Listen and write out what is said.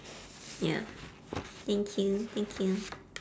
ya thank you thank you